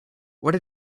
what